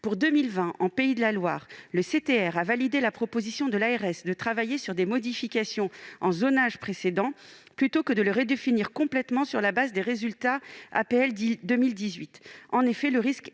Pour 2020, en Pays de la Loire, le CTR a validé la proposition de l'ARS de travailler sur des modifications au zonage précédent plutôt que de le redéfinir complètement sur la base des résultats APL 2018. En effet, le risque était